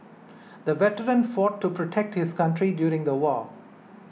the veteran fought to protect his country during the war